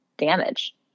damage